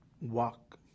walk